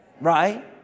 right